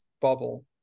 bubble